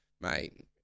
mate